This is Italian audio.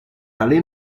tale